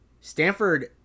Stanford